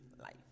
life